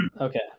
Okay